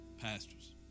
pastors